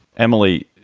emily,